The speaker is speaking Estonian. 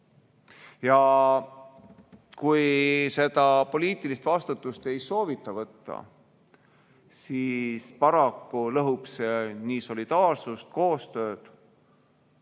Kui poliitilist vastutust ei soovita võtta, siis paraku lõhub see solidaarsust ja koostööd